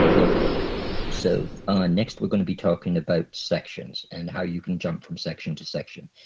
okay so next we're going to be talking about sections and how you can jump from section to section.